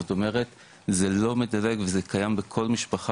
זאת אומרת זה לא מדלג וזה קיים בכל משפחה